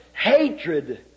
hatred